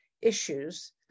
issues